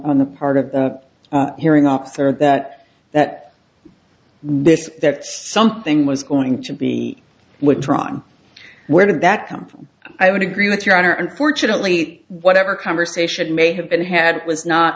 on the part of the hearing officer that that this that something was going to be withdrawn where did that come from i would agree with your honor unfortunately whatever conversation may have been had was not